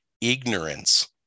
ignorance